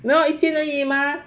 没有 eighteen 而已吗